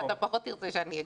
ואתה פחות תרצה שאני אגיד.